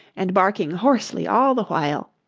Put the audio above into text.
and barking hoarsely all the while,